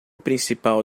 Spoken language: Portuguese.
principal